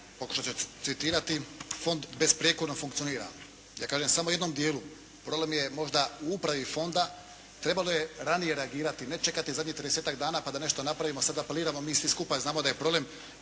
pokušat ću citirati, fond besprijekorno funkcionira. Ja kažem samo u jednom dijelu, problem je možda u upravi fonda. Trebalo je ranije reagirati ne čekati zadnjih 30-tak dana pa da nešto napravimo, sada apeliramo mi svi skupa jer znamo da je problem